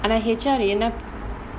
அந்த:antha H_R என்ன:enna